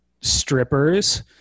strippers